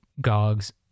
gogs